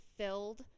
filled